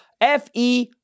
F-E